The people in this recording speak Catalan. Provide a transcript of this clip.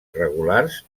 regulars